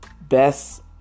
best